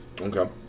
Okay